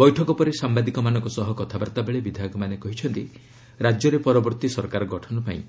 ବୈଠକ ପରେ ସାମ୍ବାଦିକମାନଙ୍କ ସହ କଥାବାର୍ତ୍ତା ବେଳେ ବିଧାୟକମାନେ କହିଛନ୍ତି ରାଜ୍ୟରେ ପରବର୍ତ୍ତୀ ସରକାର ଗଠନ ପାଇଁ